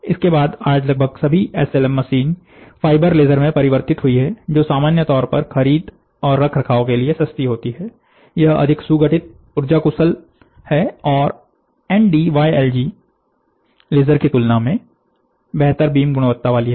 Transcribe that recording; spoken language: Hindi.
इसके बाद आज लगभग सभी S L M machine fibre laser में परिवर्तित हुई है जो सामान्य तौर पर खरीदी और रखरखाव के लिए सस्ती होती हैं यह अधिक सुगठित ऊर्जा कुशल है और एनडी वाय एल जीNdYAG लेजर की तुलना में बेहतर बीम गुणवत्ता वाली है